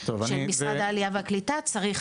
של משרד העלייה והקליטה,